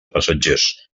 passatgers